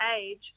age